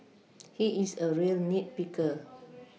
he is a real nit picker